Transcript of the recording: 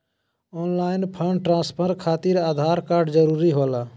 Online fund transfer खातिर Aadhaar card जरूरी होला?